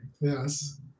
Yes